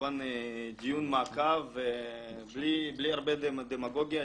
כמובן דיון מעקב בלי הרבה דמגוגיה.